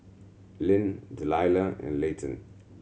Lyn Delila and Layton